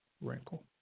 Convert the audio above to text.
wrinkle